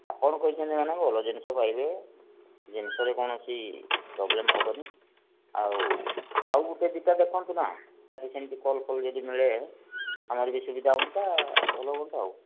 ଆପଣ କହିଛନ୍ତି ମାନେ ଭଲ ଜିନଷ ପାଇବେ ଜିନଷରେ କୌଣସି ପ୍ରୋବ୍ଲେମ୍ ହେବନି ଆଉ ଆଉ ଗୋଟେ ଦୁଇଟା ଦେଖନ୍ତୁ ନା ସେମିତି କଲ୍ଫଲ୍ ଯଦି ମିଳେ ଆମର ବି ସୁବିଧା ହୁଅନ୍ତା ଭଲ ହୁଅନ୍ତା ଆଉ